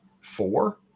Four